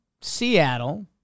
Seattle